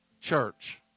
church